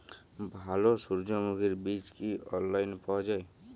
ভালো সূর্যমুখির বীজ কি অনলাইনে পাওয়া যায়?